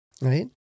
right